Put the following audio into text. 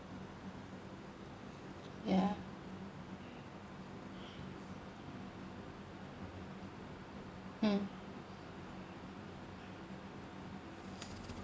ya mm